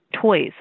toys